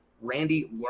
Randy